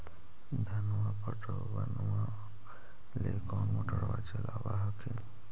धनमा पटबनमा ले कौन मोटरबा चलाबा हखिन?